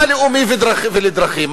מה ללאומי ולדרכים?